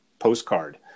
postcard